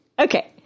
Okay